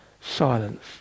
silence